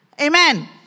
Amen